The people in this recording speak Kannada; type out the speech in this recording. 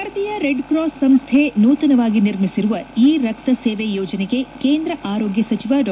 ಭಾರತೀಯ ರೆಡ್ಕ್ರಾಸ್ ಸಂಸ್ಥೆ ನೂತನವಾಗಿ ನಿರ್ಮಿಸಿರುವ ಇ ರಕ್ತ ಸೇವೆ ಯೋಜನೆಗೆ ಕೇಂದ್ರ ಆರೋಗ್ನ ಸಚಿವ ಡಾ